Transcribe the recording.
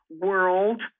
world